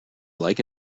like